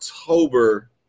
October